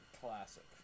Classic